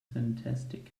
fantastic